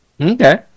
Okay